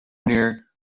near